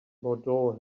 bordeaux